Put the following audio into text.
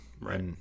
Right